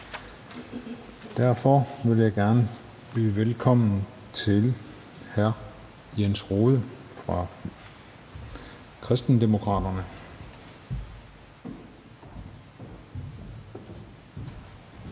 Derfor vil jeg gerne byde velkommen til hr. Jens Rohde fra Kristendemokraterne.